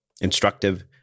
instructive